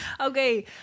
Okay